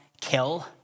kill